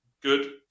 good